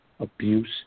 Abuse